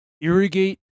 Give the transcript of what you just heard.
irrigate